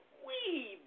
wee